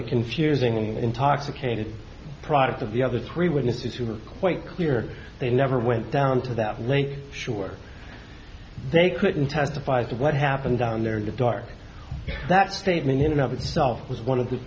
the confusing intoxicated product of the other three witnesses who were quite clear they never went down to that length sure they couldn't testify as to what happened down there in the dark that statement in and of itself was one of the